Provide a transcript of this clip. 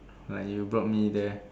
like you brought me there